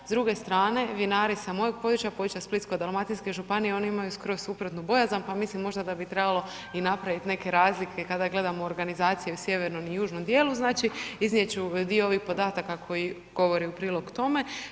S druge strane, vinari sa mojeg područja, područja splitsko-dalmatinske županije, oni imaju skroz suprotnu bojazan, pa mislim možda da bi trebalo i napravit neke razlike kada gledamo organizacije u sjevernom i južnom dijelu, znači, iznijet ću dio ovih podataka koji govori u prilog tome.